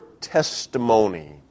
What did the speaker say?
testimony